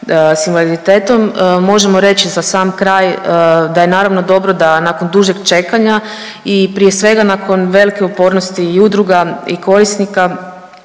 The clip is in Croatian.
Možemo reći za sam kraj da je naravno dobro da nakon dužeg čekanja i prije svega nakon velike upornosti i udruga i korisnika,